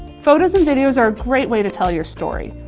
photos, and videos are a great way to tell your story.